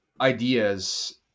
ideas